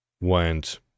went